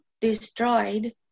destroyed